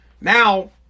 now